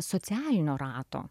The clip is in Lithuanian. socialinio rato